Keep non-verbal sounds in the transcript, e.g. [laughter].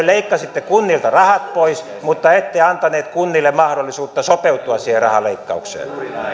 [unintelligible] leikkasitte kunnilta rahat pois mutta ette antaneet kunnille mahdollisuutta sopeutua siihen rahan leikkaukseen